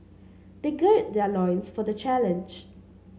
they gird their loins for the challenge